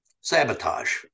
sabotage